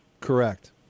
Correct